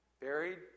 Buried